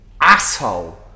asshole